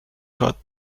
cut